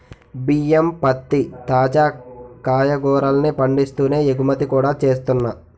బియ్యం, పత్తి, తాజా కాయగూరల్ని పండిస్తూనే ఎగుమతి కూడా చేస్తున్నా